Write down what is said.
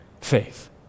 faith